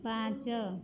ପାଞ୍ଚ